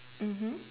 mmhmm